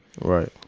Right